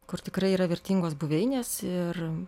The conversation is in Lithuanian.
kur tikrai yra vertingos buveinės ir